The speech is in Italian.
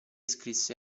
scrisse